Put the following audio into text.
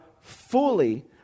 fully